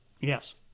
Yes